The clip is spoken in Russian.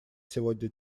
сегодня